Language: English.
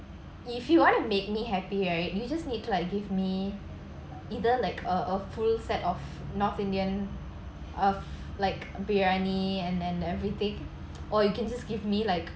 if you want to make me happy right you just need to like give me either like a a full set of north indian of like biryani and and everything or you can just give me like